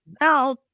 Now